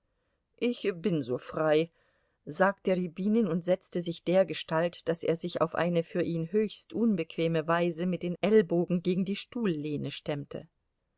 ich bin so frei sagte rjabinin und setzte sich dergestalt daß er sich auf eine für ihn höchst unbequeme weise mit den ellbogen gegen die stuhllehne stemmte